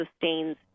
sustains